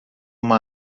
uma